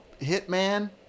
Hitman